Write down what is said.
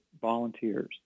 volunteers